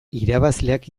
irabazleak